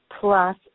Plus